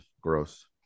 gross